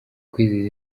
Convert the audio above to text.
kwizihiza